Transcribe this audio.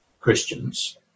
Christians